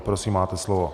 Prosím, máte slovo.